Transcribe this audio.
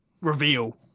reveal